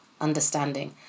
understanding